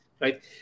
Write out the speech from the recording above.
right